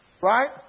Right